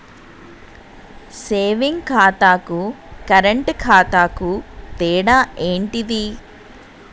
Saving ఖాతాకు current ఖాతాకు తేడా ఏంటిది?